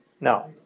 No